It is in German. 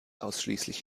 ausschließlich